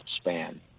span